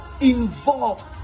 involved